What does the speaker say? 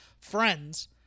friends